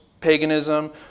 paganism